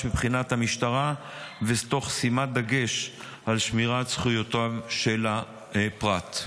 מבחינת המשטרה תוך שימת דגש על שמירת זכויותיו של הפרט.